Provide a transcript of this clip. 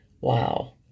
Wow